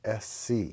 sc